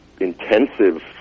intensive